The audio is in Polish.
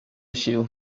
sił